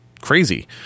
crazy